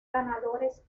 ganadores